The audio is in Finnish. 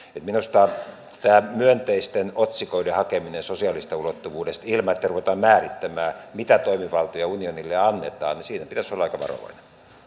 minusta tässä myönteisten otsikoiden hakemisessa sosiaalisesta ulottuvuudesta ilman että ruvetaan määrittämään mitä toimivaltoja unionille annetaan pitäisi olla aika varovainen